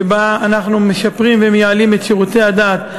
שבה אנחנו משפרים ומייעלים את שירותי הדת,